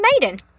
Maiden